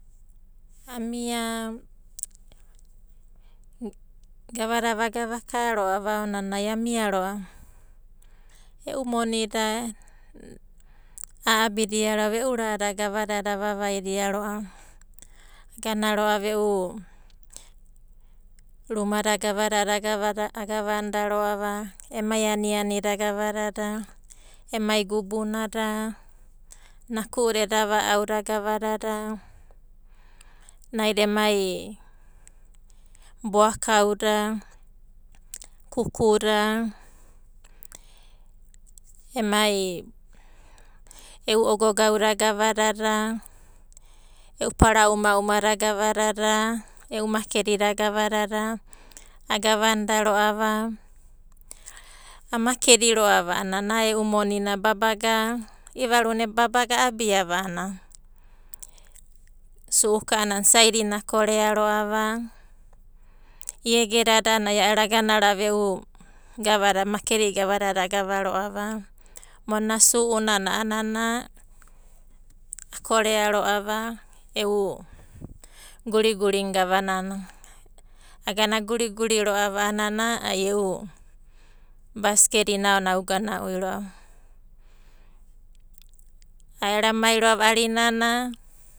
Amia gavada vagava akaro'a aonanai amia ro'ava e'u monida a'abidia e'u rada gavadada avavaida ro'ava. Agonaro'ava e'u rumada gavadada agavadada, agavana ro'ava, emai aniani da gavadada, emai gubunada, naku'uda eda va'auda gavadada, naida emai boakauda, kukuda, emai e'u agogauda gavadada, e'u parao uma uma da gavdada, e'u makedida gavadada, agavanda ro'ava. Amakedi ro'ava a'ana a'a e'u monina babaga, i'ivaruna babaga a'abiava a'ana s'uka a'ana saidinai akoreava iegedada a'anai a'ero agana ro'a e'u gavada makedida gavadada agava ro'ava. Monina su'una akorea ro'ava e'u gurigurina gavanana. Agana aguriguri ro'ava a'ana ai e'u baskedina aonanai augana ui ro'ava. A ero amai ro'ava arinana.